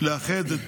לאחד את,